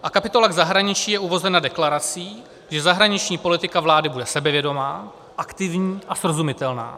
A kapitola k zahraničí je uvozena deklarací, že zahraniční politika vlády bude sebevědomá, aktivní a srozumitelná.